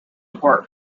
apart